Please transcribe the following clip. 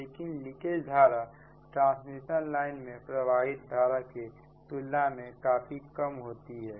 लेकिन लीकेज धारा transmission line में प्रवाहित धारा के तुलना में काफी कम होती है